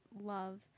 love